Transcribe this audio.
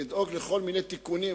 לדאוג לכל מיני תיקונים,